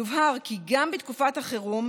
יובהר כי גם בתקופת החירום,